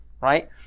right